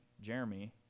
Jeremy